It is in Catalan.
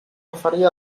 referir